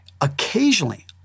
Occasionally